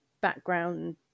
background